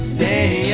Stay